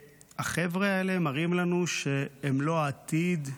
החבר'ה האלה מראים לנו שהם לא העתיד,